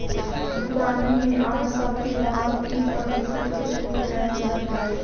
दुकानी में आज सब सामान तीस प्रतिशत के छुट पअ मिलत बाटे